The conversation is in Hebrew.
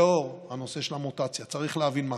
לאור הנושא של המוטציה צריך להבין מה